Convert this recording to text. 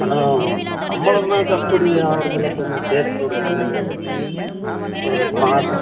ஆனால் சம்பளம்தான் கட்டுப்படி ஆவறதில்லை கொஞ்சம் சேர்த்து கொடுங்கன்னு கேட்கறோம் அதான் மாதம்